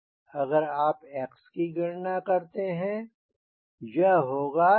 अगर आप x की गणना करते हैं यह होगा 058